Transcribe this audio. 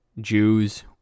Jews